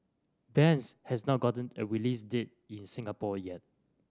bends has not gotten a release date in Singapore yet